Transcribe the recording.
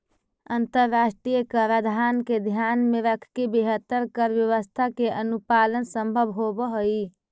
अंतरराष्ट्रीय कराधान के ध्यान में रखके बेहतर कर व्यवस्था के अनुपालन संभव होवऽ हई